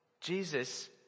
Jesus